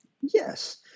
Yes